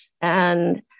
And-